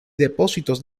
depósitos